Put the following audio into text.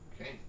Okay